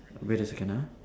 wait a second ah